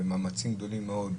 במאמצים גדולים מאוד,